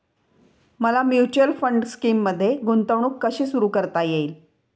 मला mutual fund स्कीममध्ये गुंतवणूक कशी सुरू करता येईल?